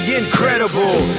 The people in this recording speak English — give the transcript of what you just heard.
incredible